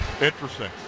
Interesting